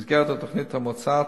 במסגרת התוכנית המוצעת,